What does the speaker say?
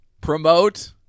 promote